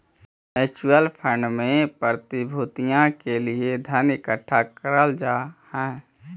mutual fund में प्रतिभूतियों के लिए धन इकट्ठा करल जा हई